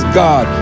god